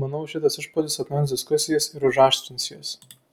manau šitas išpuolis atnaujins diskusijas ir užaštrins jas